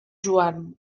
joan